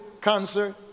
concert